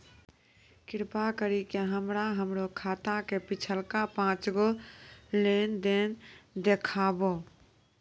कृपा करि के हमरा हमरो खाता के पिछलका पांच गो लेन देन देखाबो